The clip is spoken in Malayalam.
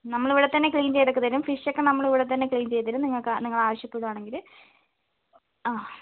നമ്മളിവിടെ തന്നെ ക്ലീൻ ചെയ്തൊക്കെ തരും ഫിഷൊക്കെ നമ്മളിവിടെ തന്നെ ക്ലീൻ ചെയ്ത് തരും നിങ്ങൾക്ക് നിങ്ങൾ ആവിശ്യപ്പെടുകയാണെങ്കിൽ